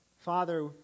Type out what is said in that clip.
Father